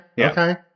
Okay